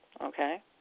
Okay